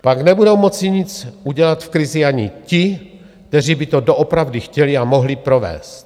Pak nebudou moci nic udělat v krizi ani ti, kteří by to doopravdy chtěli a mohli provést.